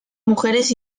mujeres